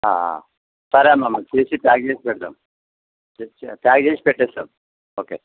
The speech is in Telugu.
సరే అమ్మ మరి తీసి ప్యాక్ చేసి పెడతాం ప్యాక్ చేసి పెట్టేస్తాం ఓకే